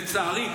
לצערי,